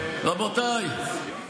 רבותיי,